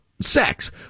sex